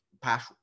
pass